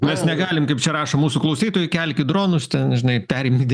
mes negalim kaip čia rašo mūsų klausytojai kelkit dronus ten žinai perimdi